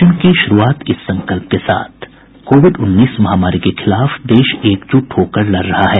bulletin की शुरूआत इस संकल्प के साथ कोविड उन्नीस महामारी के खिलाफ देश एकजुट होकर लड़ रहा है